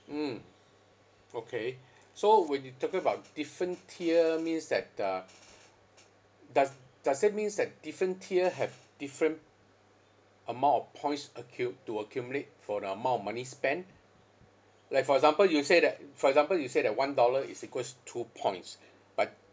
mm okay so when you're talking about different tier means that uh does does that means like different tier have different amount of points accu~ to accumulate for the amount of money spent like for example you say that for example you say that one dollar is equals two points but